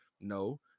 No